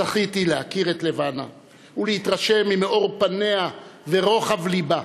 זכיתי להכיר את לבנה ולהתרשם ממאור פניה ורוחב לבה.